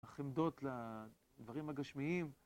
החמדות לדברים הגשמיים.